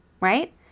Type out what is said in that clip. right